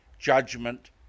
judgment